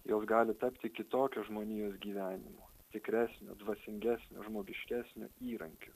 jos gali tapti kitokia žmonijos gyvenimo tikresnio dvasingesnio žmogiškesnio įrankiu